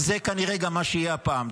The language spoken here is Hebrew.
זה כנראה גם מה שיהיה הפעם.